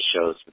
shows